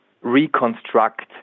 reconstruct